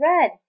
red